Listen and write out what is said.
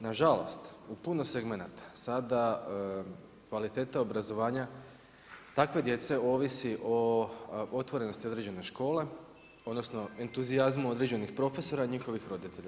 Nažalost, u puno segmenata sada kvaliteta obrazovanja takve djece ovisi o otvorenosti određene škole, odnosno entuzijazmu određenih profesora i njihovih roditelja.